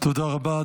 תודה רבה.